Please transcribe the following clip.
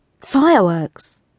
fireworks